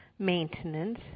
maintenance